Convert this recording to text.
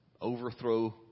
overthrow